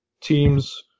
teams